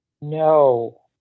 No